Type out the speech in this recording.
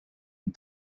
and